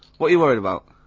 what you worried about?